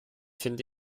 finde